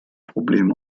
problem